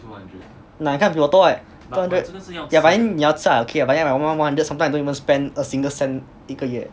那你看比我多诶 two hundred yeah but then 你要吃啊 okay lah but then I one month one hundred sometimes I don't even spend a single cent 一个月